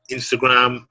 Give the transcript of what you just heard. Instagram